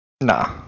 Nah